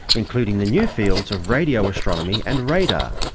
including the new fields of radio astronomy and radar.